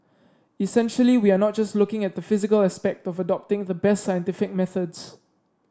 essentially we are not just looking at the physical aspect of adopting the best scientific methods